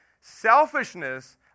Selfishness